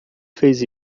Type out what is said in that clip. fez